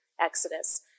Exodus